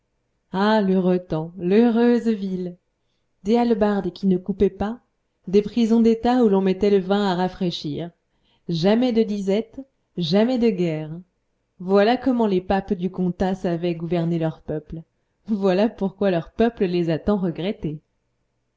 ah l'heureux temps l'heureuse ville des hallebardes qui ne coupaient pas des prisons d'état où l'on mettait le vin à rafraîchir jamais de disette jamais de guerre voilà comment les papes du comtat savaient gouverner leur peuple voilà pourquoi leur peuple les a tant regrettés